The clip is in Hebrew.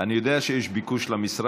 אני אתייחס גם לזה,